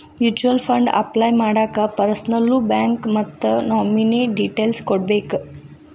mutual fund apply ಮಾಡಾಕ ಪರ್ಸನಲ್ಲೂ bank ಮತ್ತ ನಾಮಿನೇ ಡೇಟೇಲ್ಸ್ ಕೋಡ್ಬೇಕ್